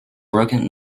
broken